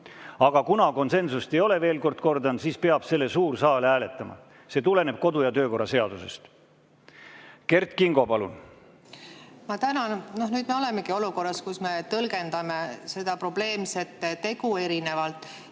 Aga kuna konsensust ei ole, veel kord kordan, siis peab suur saal hääletama. See tuleneb kodu- ja töökorra seadusest. Kert Kingo, palun! Ma tänan. No nüüd me olemegi olukorras, kus me tõlgendame seda probleemset tegu erinevalt.